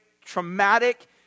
traumatic